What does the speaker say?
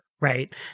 right